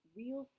real